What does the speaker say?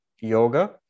Yoga